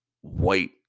white